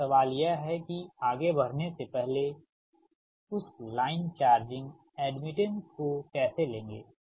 अब सवाल यह है कि आगे बढ़ने से पहले उस लाइन चार्जिंग एड्मिटेंस को कैसे लेंगे